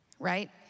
Right